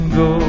go